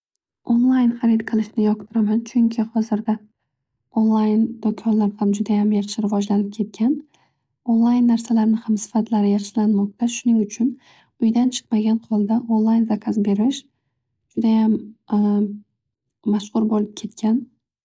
Online harid qilishni yoqtiraman. Chunki hozirda online do'konlar ham judayam rivojlanib ketgan. Online narsalarni ham sifatlari yaxshilanmoqda. Shuning uchun uydan chiqmasdan online zakaz berish judayam mashhur bo'lib ketgan.